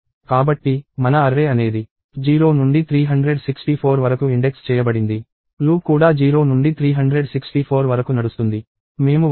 కాబట్టి మన అర్రే అనేది 0 నుండి 364 వరకు ఇండెక్స్ చేయబడింది లూప్ కూడా 0 నుండి 364 వరకు నడుస్తుంది